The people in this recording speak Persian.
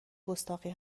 گستاخی